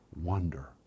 wonder